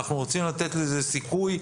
אנחנו רוצים לתת לזה סיכוי.